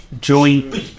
join